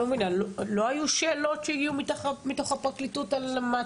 לא היו שאלות שהגיעו מתוך הפרקליטות על המעצר?